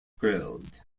grilled